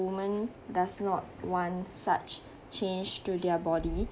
woman does not want such change to their body